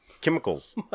chemicals